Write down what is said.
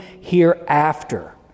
hereafter